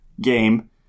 game